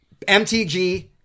MTG